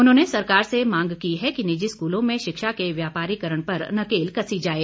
उन्होंने सरकार से मांग की है कि निजी स्कूलों में शिक्षा के व्यापारिकरण पर नकेल कसी जाए